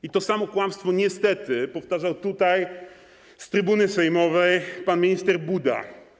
I to samo kłamstwo niestety powtarzał tutaj z trybuny sejmowej pan minister Buda.